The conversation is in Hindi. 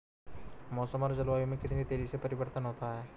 मौसम और जलवायु में कितनी तेजी से परिवर्तन होता है?